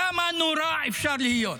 כמה נורא אפשר להיות?